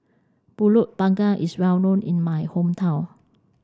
pulut panggang is well known in my hometown